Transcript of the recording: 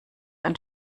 ein